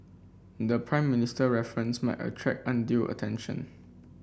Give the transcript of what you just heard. the Prime Minister reference might attract undue attention